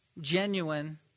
genuine